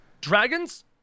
dragons